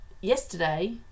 yesterday